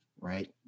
right